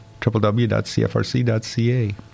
www.cfrc.ca